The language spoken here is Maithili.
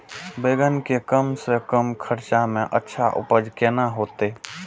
बेंगन के कम से कम खर्चा में अच्छा उपज केना होते?